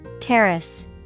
Terrace